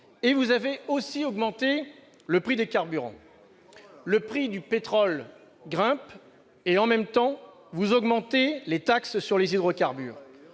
Vous avez également augmenté le prix des carburants : le prix du pétrole grimpe et en même temps, vous augmentez les taxes sur les hydrocarbures.